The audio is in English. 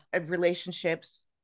relationships